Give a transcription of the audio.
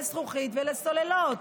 לזכוכית ולסוללות.